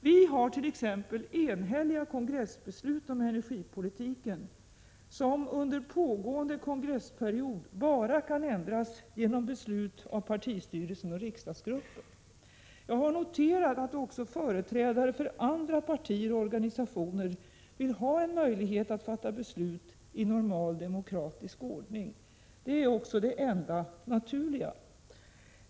Vi har t.ex. enhälliga kongressbeslut om energipolitiken som under pågående kongressperiod bara kan ändras genom beslut av partistyrelsen och riksdagsgruppen. Jag har noterat att också företrädare för andra partier och organisationer vill ha en möjlighet att fatta beslut i normal demokratisk ordning. Det är också det enda naturliga.